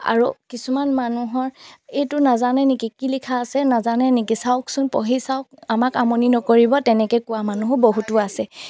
আৰু কিছুমান মানুহৰ এইটো নাজানে নেকি কি লিখা আছে নাজানে নেকি চাওকচোন পঢ়ি চাওক আমাক আমনি নকৰিব তেনেকৈ কোৱা মানুহো বহুতো আছে